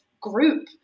group